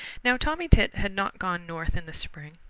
now tommy tit had not gone north in the spring.